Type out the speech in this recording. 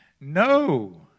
No